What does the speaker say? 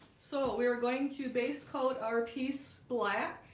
so we're going to base coat our piece black